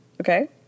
okay